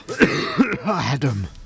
Adam